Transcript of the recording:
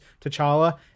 T'Challa